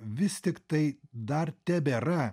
vis tiktai dar tebėra